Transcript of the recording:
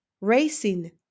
racing